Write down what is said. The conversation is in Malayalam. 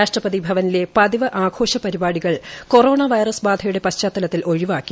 രാഷ്ട്രപതി ഭവനിലെ പതിവ് ആഘോഷപരിപാടികൾ കൊറോണ വൈറസ് ബാധയുടെ പശ്ചാത്തലത്തിൽ ഒഴിവാക്കി